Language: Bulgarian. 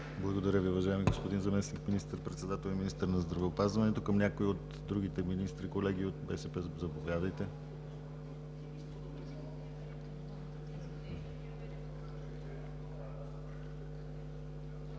Благодаря Ви, уважаеми господин Заместник министър-председател и министър на здравеопазването. Към някои от другите министри, колеги от БСП, заповядайте.